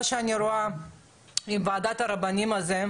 מה שאני רואה עם ועדת הרבנים הזאת,